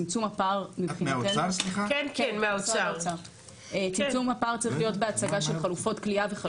צמצום הפער מבחינתנו צריך להיות בהצגה של חלופות כליאה.